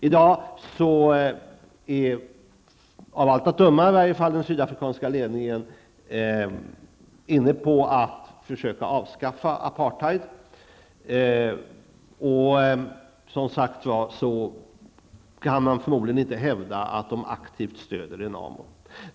I dag är av allt att döma den sydafrikanska ledningen inne på att försöka avskaffa apartheid. Man kan, som sagt var, förmodligen inte hävda att de aktivt stöder Renamo.